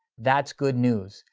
that's good news.